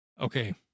Okay